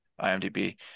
IMDb